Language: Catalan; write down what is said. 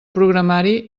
programari